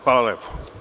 Hvala lepo.